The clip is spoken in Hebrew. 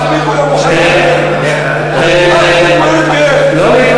אף בדואי לא מוכן